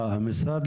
עמימות.